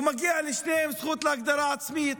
ומגיעה לשניהם זכות להגדרה עצמית,